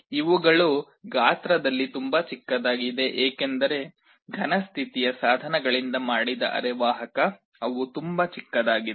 ಇವುಗಳು ಗಾತ್ರದಲ್ಲಿ ತುಂಬಾ ಚಿಕ್ಕದಾಗಿದೆ ಏಕೆಂದರೆ ಘನ ಸ್ಥಿತಿಯ ಸಾಧನಗಳಿಂದ ಮಾಡಿದ ಅರೆವಾಹಕ ಅವು ತುಂಬಾ ಚಿಕ್ಕದಾಗಿದೆ